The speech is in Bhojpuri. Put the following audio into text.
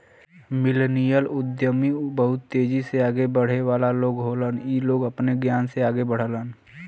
मिलनियल उद्यमी बहुत तेजी से आगे बढ़े वाला लोग होलन इ लोग अपने ज्ञान से आगे बढ़लन